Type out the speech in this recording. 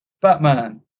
Batman